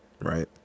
right